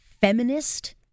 feminist